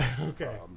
okay